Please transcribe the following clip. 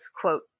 quote